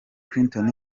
clinton